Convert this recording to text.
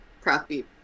crafty